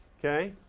okay.